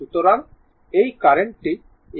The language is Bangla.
সুতরাং এই কারেন্টটি এভাবে প্রবাহিত হবে